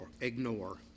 ignore